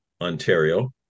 Ontario